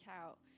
out